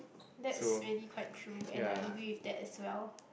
that's really quite true and I agree with that as well